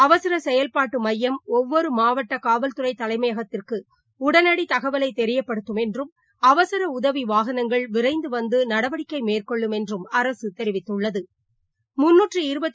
அவசரசெயல்பாட்டுமையம் ஒவ்வொருமாவட்டகாவல் துறைதலைமையகத்திற்குஉடனடிதகவலைதெரியப்படுத்தும் என்றும் அவசரஉதவிவாகனங்கள் விரைந்துவந்துநடவடிக்கைமேற்கொள்ளும் என்றும் அரசுதெரிவித்துள்ளது